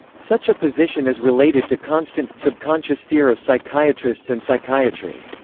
such a position is related to constant, subconscious fear of psychiatrists and psychiatry.